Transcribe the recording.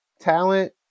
talent